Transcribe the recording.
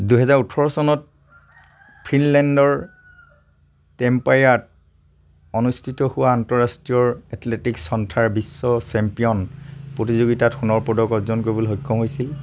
দুহেজাৰ ওঠৰ চনত ফিনলেণ্ডৰ টেম্পায়াত অনুষ্ঠিত হোৱা আন্তঃৰাষ্ট্ৰীয় এথলেটিকছ সন্থাৰ বিশ্ব চেম্পিয়ন প্ৰতিযোগিতাত সোণৰ পদক অৰ্জন কৰিবলৈ সক্ষম হৈছিল